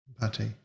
Patty